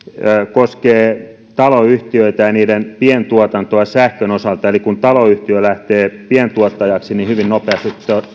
koskee taloyhtiöitä ja niiden pientuotantoa sähkön osalta eli kun taloyhtiö lähtee pientuottajaksi niin hyvin nopeasti